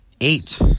eight